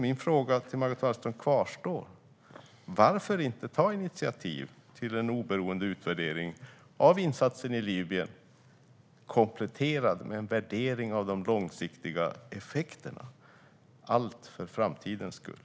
Min fråga till Margot Wallström kvarstår: Varför inte ta initiativ till en oberoende utvärdering av insatsen i Libyen, kompletterad med en värdering av de långsiktiga effekterna? Allt för framtidens skull.